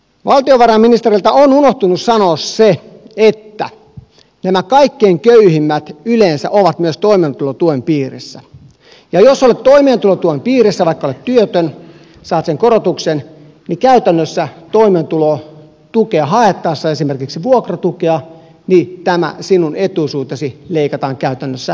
valtiovarainministeriltä on unohtunut sanoa se että nämä kaikkein köyhimmät yleensä ovat myös toimeentulotuen piirissä ja jos olet toimeentulotulen piirissä vaikka olet työtön saat sen korotuksen niin käytännössä toimeentulotukea esimerkiksi vuokratukea haettaessa tämä sinun etuisuutesi leikataan pois